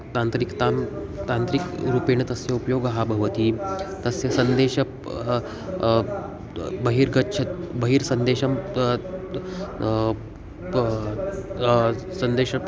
तान्त्रिकतां तान्त्रिकं रूपेण तस्य उपयोगः भवति तस्य सन्देशः बहिर्गच्छत् बहिर् सन्देशं सन्देशः